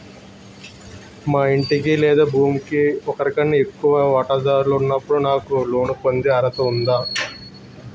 మా ఇంటికి లేదా భూమికి ఒకరికన్నా ఎక్కువ వాటాదారులు ఉన్నప్పుడు నాకు లోన్ పొందే అర్హత ఉందా?